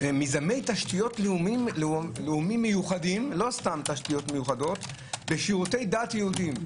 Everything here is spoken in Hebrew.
מיזמי תשתיות לאומיים מיוחדים יהודיים ושירותי דת יהודיים.